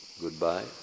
goodbye